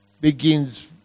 begins